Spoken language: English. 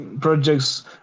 projects